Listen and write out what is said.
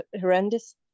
horrendous